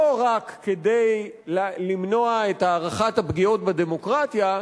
לא רק כדי למנוע את הארכת הפגיעות בדמוקרטיה,